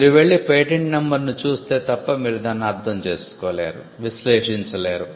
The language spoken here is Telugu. మీరు వెళ్లి పేటెంట్ నంబర్ను చూస్తే తప్ప మీరు దాన్ని అర్ధం చేసుకోలేరు విశ్లేషించలేరు